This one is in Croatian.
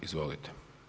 Izvolite.